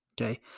Okay